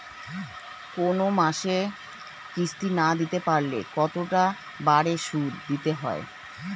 কোন মাসে কিস্তি না দিতে পারলে কতটা বাড়ে সুদ দিতে হবে?